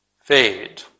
fade